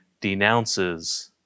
denounces